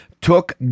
took